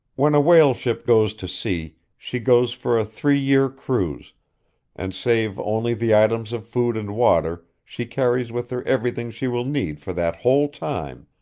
when a whaleship goes to sea, she goes for a three-year cruise and save only the items of food and water, she carries with her everything she will need for that whole time,